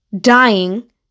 dying